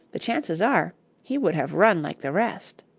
the chances are he would have run like the rest.